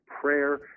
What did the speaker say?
prayer